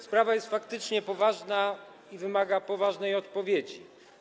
Sprawa jest faktycznie poważna i wymaga poważnej odpowiedzi.